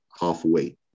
halfway